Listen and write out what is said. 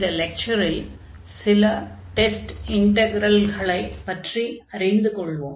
இந்த லெக்சரில் சில டெஸ்ட் இன்டக்ரல்களைப் பற்றி அறிந்து கொள்வோம்